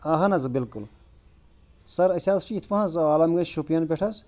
اَہَن حظ بِلکُل سَر أسۍ حظ چھِ یِتھ پٲنٛۍ حظ عالمگر شُپین پیٚٹھ حظ